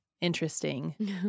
interesting